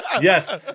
yes